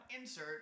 Insert